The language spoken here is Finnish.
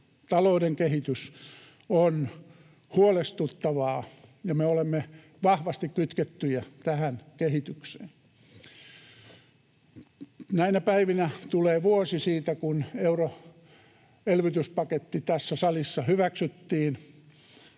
talouden kehitys on huolestuttavaa ja me olemme vahvasti kytkettyjä tähän kehitykseen. Näinä päivinä tulee vuosi siitä, kun euroelvytyspaketti tässä salissa hyväksyttiin: